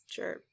Sure